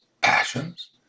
passions